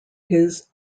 his